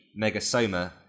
Megasoma